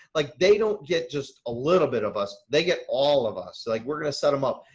like they don't get just a little bit of us. they get all of us, like we're going to set them up.